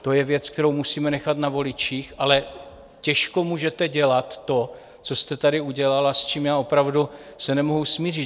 To je věc, kterou musíme nechat na voličích, ale těžko můžete dělat to, co jste tady udělal a s čím já opravdu se nemohu smířit.